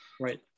Right